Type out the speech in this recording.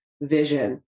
vision